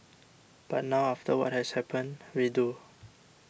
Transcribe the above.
but now after what has happened we do